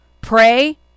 Pray